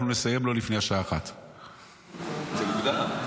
אנחנו נסיים לא לפני השעה 13:00. זה מוקדם.